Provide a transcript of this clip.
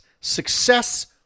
success